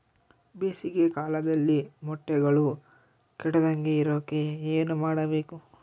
ಬೇಸಿಗೆ ಕಾಲದಲ್ಲಿ ಮೊಟ್ಟೆಗಳು ಕೆಡದಂಗೆ ಇರೋಕೆ ಏನು ಮಾಡಬೇಕು?